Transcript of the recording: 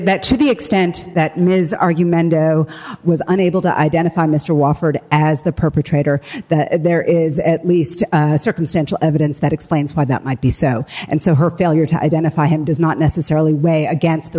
that to the extent that ms argue mendo was unable to identify mr wofford as the perpetrator but there is at least circumstantial evidence that explains why that might be so and so her failure to identify him does not necessarily weigh against the